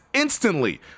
Instantly